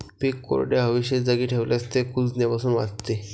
पीक कोरड्या, हवेशीर जागी ठेवल्यास ते कुजण्यापासून वाचते